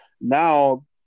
Now